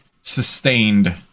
sustained